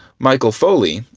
michael foley,